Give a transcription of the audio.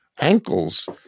ankles